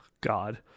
God